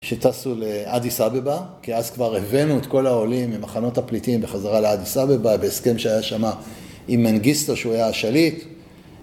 שטסו לאדיס אביבה, כי אז כבר הבאנו את כל העולים ממחנות הפליטים בחזרה לאדיס אביבה בהסכם שהיה שמה עם מנגיסטו שהוא היה השליט